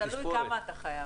תלוי כמה אתה חייב.